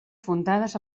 fundades